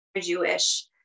Jewish